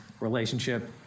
relationship